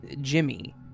Jimmy